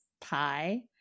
pie